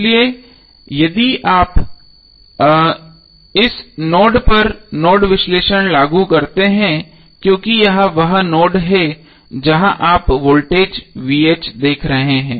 इसलिए यदि आप इस नोड पर नोडल विश्लेषण लागू करते हैं क्योंकि यह वह नोड है जहां आप वोल्टेज देख रहे हैं